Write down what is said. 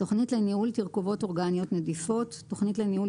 "תכנית לניהול תרכובות אורגניות נדיפות" תכנית לניהול